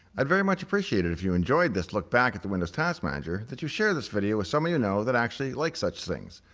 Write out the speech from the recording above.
i'd very much appreciate it if you enjoyed this look back at the windows task manager, that you share the video with someone you know that actually likes such things.